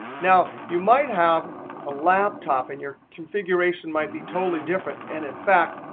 now you might have a laptop, and your configuration might be totally different. and in fact,